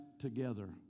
together